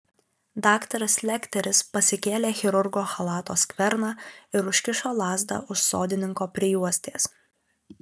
daktaras lekteris pasikėlė chirurgo chalato skverną ir užkišo lazdą už sodininko prijuostės